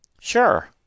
Sure